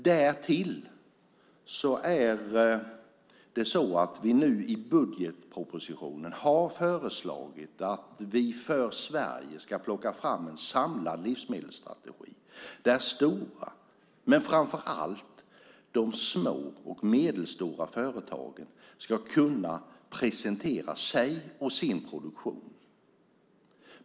Därtill har vi i budgetpropositionen föreslagit att vi för Sverige ska plocka fram en samlad livsmedelsstrategi där de stora, men framför allt de små och medelstora, företagen ska kunna presentera sig och sin produktion.